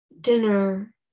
dinner